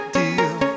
deal